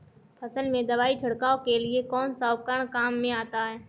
फसल में दवाई छिड़काव के लिए कौनसा उपकरण काम में आता है?